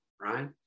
right